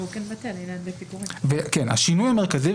השינוי המרכזי,